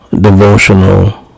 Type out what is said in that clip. devotional